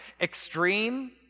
extreme